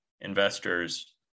investors